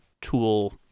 tool